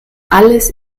alles